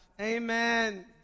Amen